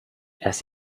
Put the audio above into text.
erst